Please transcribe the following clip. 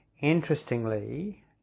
Interestingly